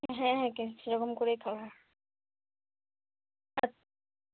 হ্যাঁ হ্যাঁ কে সেরকম করেই খাবো